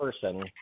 person